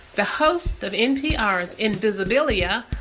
the hosts of npr's invisibilia,